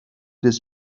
des